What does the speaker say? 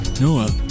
Noah